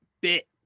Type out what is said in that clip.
bit